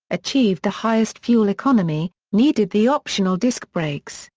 achieved the highest fuel economy, needed the optional disk brakes,